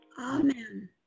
Amen